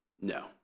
no